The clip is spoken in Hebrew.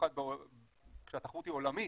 במיוחד כשהתחרות היא עולמית,